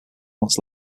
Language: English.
months